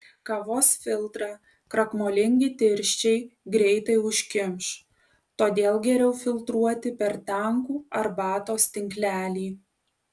kavos filtrą krakmolingi tirščiai greitai užkimš todėl geriau filtruoti per tankų arbatos tinklelį